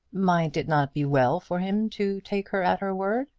might it not be well for him to take her at her word?